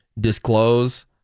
disclose